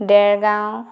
Dergaon